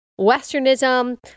westernism